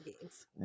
games